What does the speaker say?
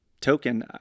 token